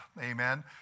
Amen